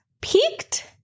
peaked